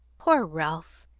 poor ralph!